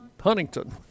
huntington